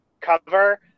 cover